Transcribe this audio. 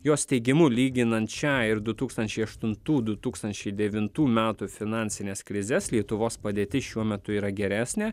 jos teigimu lyginant šią ir du tūkstančiai aštuntų du tūkstančiai devintų metų finansines krizes lietuvos padėtis šiuo metu yra geresnė